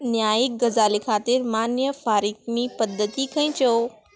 न्यायीक गजाली खातीर मान्य फारीक पद्दती खंयच्यो